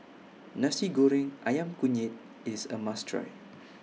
Nasi Goreng Ayam Kunyit IS A must Try